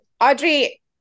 Audrey